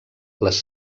les